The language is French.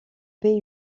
paie